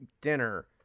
dinner